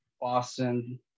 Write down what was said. Boston